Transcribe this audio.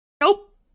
Nope